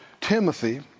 Timothy